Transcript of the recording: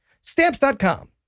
Stamps.com